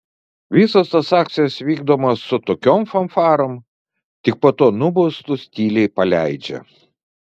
visos tos akcijos vykdomos su tokiom fanfarom tik po to nubaustus tyliai paleidžia